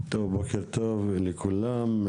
בוקר טוב לכולם.